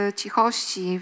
cichości